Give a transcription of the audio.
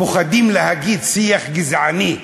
פוחדים להגיד "שיח גזעני",